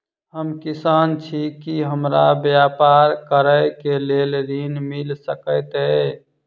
हम किसान छी की हमरा ब्यपार करऽ केँ लेल ऋण मिल सकैत ये?